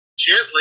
gently